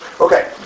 Okay